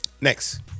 Next